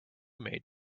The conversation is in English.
maid